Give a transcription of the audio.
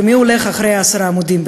ומי הולך אחרי עשרה עמודים,